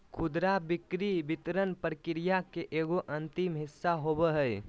खुदरा बिक्री वितरण प्रक्रिया के एगो अंतिम हिस्सा होबो हइ